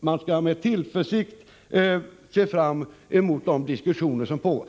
man med tillförsikt skall se fram mot de diskussioner som pågår.